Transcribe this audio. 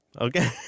Okay